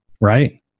right